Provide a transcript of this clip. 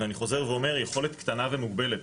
ואני חוזר ואומר, יכולת קטנה ומוגבלת.